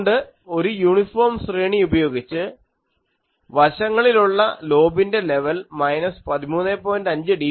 അതുകൊണ്ട് ഒരു യൂണിഫോം ശ്രേണി ഉപയോഗിച്ച് വശങ്ങളിലുള്ള ലോബിൻ്റെ ലെവൽ മൈനസ് 13